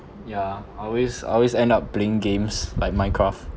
ya always always end up playing games like minecraft